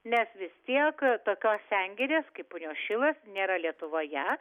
nes vis tiek tokios sengirės kaip punios šilas nėra lietuvoje